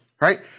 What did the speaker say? right